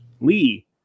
Lee